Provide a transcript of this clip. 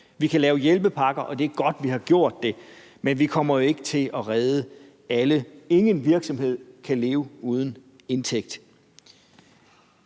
Vi kan lave hjælpepakker, og det er godt, at vi har gjort det, men vi kommer jo ikke til at redde alle. Ingen virksomhed kan leve uden indtægt.